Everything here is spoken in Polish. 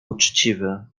uczciwy